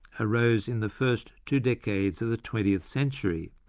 arose in the first two decades of the twentieth century,